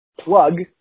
plug